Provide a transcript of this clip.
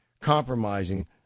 compromising